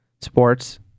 Sports